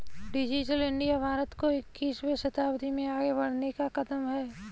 digital India Bharat को इक्कीसवें शताब्दी में आगे बढ़ने का कदम है